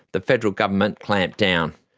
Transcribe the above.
the federal government clamped down.